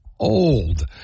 old